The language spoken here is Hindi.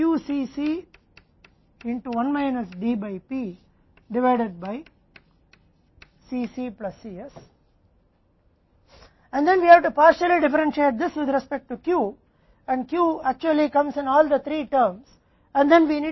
हम अंत में प्राप्त करेंगे Q बराबर है root over 2 DC not Cc Cs Cc